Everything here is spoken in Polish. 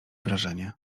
wrażenie